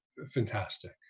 fantastic